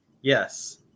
Yes